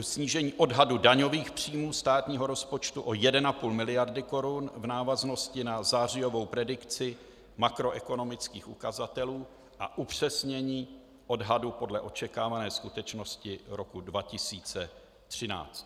Snížení odhadu daňových příjmů státního rozpočtu o 1,5 mld. korun v návaznosti na zářijovou predikci makroekonomických ukazatelů a upřesnění odhadu podle očekávané skutečnosti roku 2013.